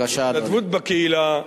התנדבות בקהילה.